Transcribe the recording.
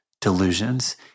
delusions